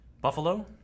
Buffalo